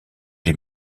des